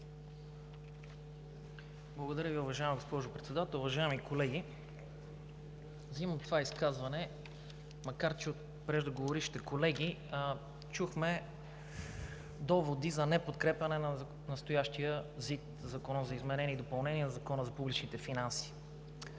Благодаря Ви, уважаема госпожо Председател. Уважаеми колеги, вземам думата за това изказване, макар че от преждеговорившите колеги чухме доводи за неподкрепяне на настоящия Закон за изменение и допълнение на Закона за публичните финанси.